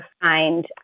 find